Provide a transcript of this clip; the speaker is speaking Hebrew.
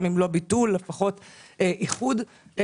גם אם לא ביטול, לפחות איחוד שלהם.